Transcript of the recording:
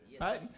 Right